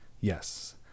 Yes